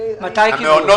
מתי קיבלו?